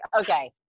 Okay